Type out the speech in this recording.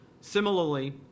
Similarly